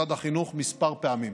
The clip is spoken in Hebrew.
למשרד החינוך כמה פעמים,